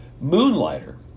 Moonlighter